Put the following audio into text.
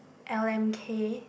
L_M_K